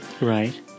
Right